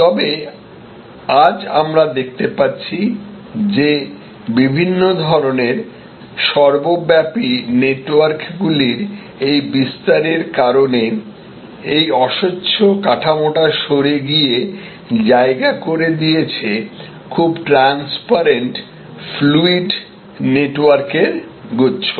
তবে আজ আমরা দেখতে পাচ্ছি যে বিভিন্ন ধরণের সর্বব্যাপী নেটওয়ার্কগুলির এই বিস্তারের কারণে এই অসচ্ছ কাঠামোটা সরে গিয়ে জায়গা করে দিয়েছে খুব ট্রান্সপারেন্ট ফ্লুইড নেটওয়ার্ক এর গুচ্ছ